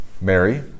Mary